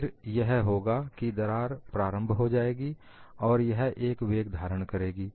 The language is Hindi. फिर यह होगा कि दरार प्रारंभ हो जाएगी और यह एक वेग धारण करेगी